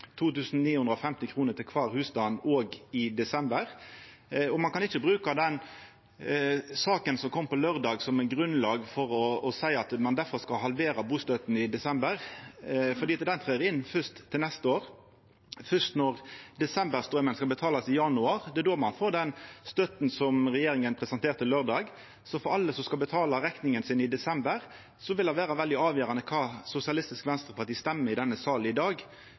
til kvar husstand òg i desember. Ein kan ikkje bruka den saka som kom på laurdag, som eit grunnlag for å seia at ein skal halvera bustøtta i desember, for det trer i kraft først til neste år. Det er først når desemberstraumen skal betalast i januar, at ein får den støtta som regjeringa presenterte på laurdag. For alle som skal betala rekninga si i desember, vil det vera veldig avgjerande kva Sosialistisk Venstreparti røystar i denne salen i dag.